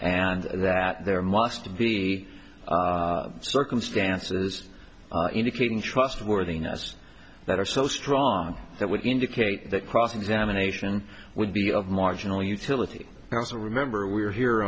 and that there must be circumstances indicating trustworthiness that are so strong that would indicate that cross examination would be of marginal utility to remember we're here